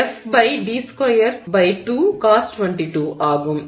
எனவே விசை என்பது F d22Cos22 ஆகும்